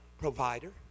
provider